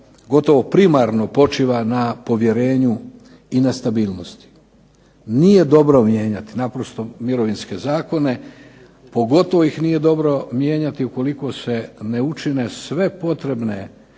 gotovo primarno počiva na povjerenju i na stabilnosti. Nije dobro mijenjati naprosto mirovinske zakone, pogotovo ih nije dobro mijenjati ukoliko se ne učine sve potrebne